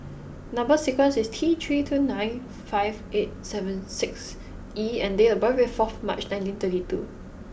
number sequence is T three two nine five eight seven six E and date of birth is four March nineteen thirty two